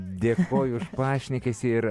dėkoju už pašnekesį ir